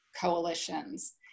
coalitions